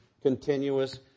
continuous